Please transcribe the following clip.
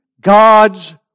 God's